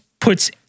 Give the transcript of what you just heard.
puts